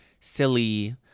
silly